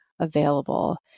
Available